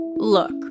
Look